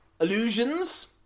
illusions